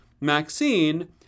Maxine